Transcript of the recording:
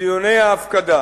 דיוני ההפקדה